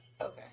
okay